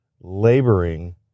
laboring